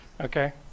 Okay